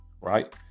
right